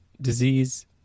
disease